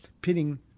pitting